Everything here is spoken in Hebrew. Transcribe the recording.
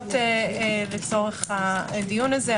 תקנות לצורך הדיון הזה.